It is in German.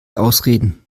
ausreden